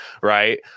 right